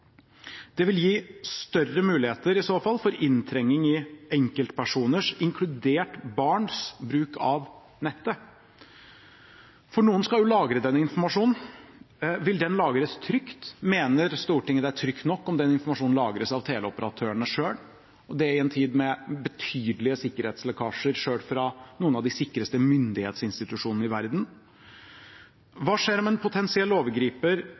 Det vil i så fall gi større muligheter for inntrenging i enkeltpersoners, inkludert barns, bruk av nettet – for noen skal jo lagre denne informasjonen. Vil den lagres trygt? Mener Stortinget det er trygt nok om den informasjonen lagres av teleoperatørene selv – i en tid med betydelige sikkerhetslekkasjer selv fra noen av de sikreste myndighetsinstitusjonene i verden? Hva skjer om en potensiell overgriper